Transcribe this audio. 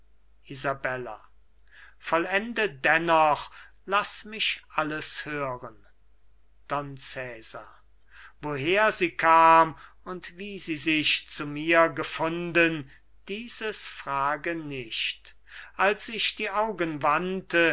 vollende dennoch laß mich alles hören don cesar woher sie kam und wie sie sich zu mir gefunden dieses frage nicht als ich die augen wandte